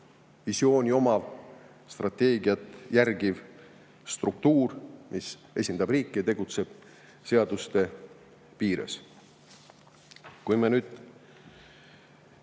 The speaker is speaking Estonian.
visiooni omav ja strateegiat järgiv struktuur, mis esindab riiki ja tegutseb seaduste piires. Vaatame nüüd,